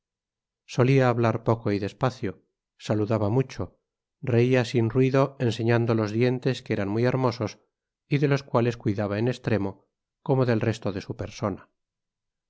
solia hablar poco y despacio saludaba mucho reía sin ruido enseñando los dientes que eran muy hermosos y de los cuales cuidaba en es tremo como del resto de su persona